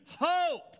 hope